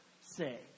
say